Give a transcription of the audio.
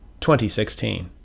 2016